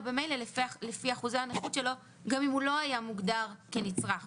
ממילא לפי אחוזי הנכות שלו גם אם הוא לא היה מוגדר כ"נצרך".